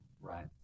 Right